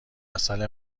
عسل